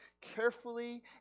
carefully